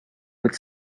would